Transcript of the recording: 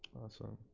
awesome,